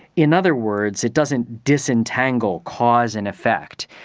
in other words, it doesn't disentangle cause and effect.